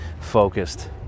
focused